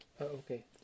Okay